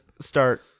start